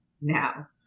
Now